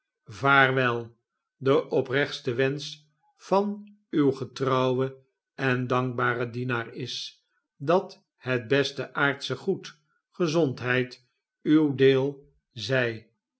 vaartwel de oprechtste wensch van uw getrouwen en dankdaren dienaar is dat het beste aardsche goed gezondheid uw deel zij